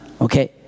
Okay